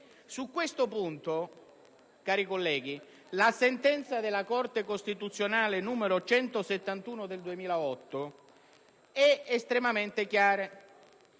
Su questo punto, cari colleghi, la sentenza della Corte costituzionale n. 171 del 2007 è estremamente chiara.